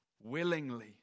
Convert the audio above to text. willingly